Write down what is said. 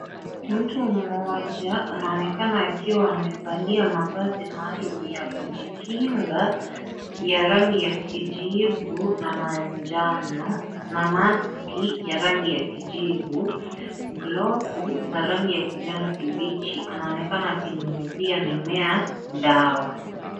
Mtu mmoja anaonekana akiwa amevalia mavazi maalum ya kujikinga ya rangi ya kijivu na manjano na masiki ya rangi ya kijivu glafu za rangi ya kijani kibichi anaonekana akinyunyizia mimea dawa.